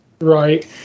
Right